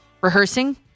rehearsing